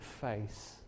face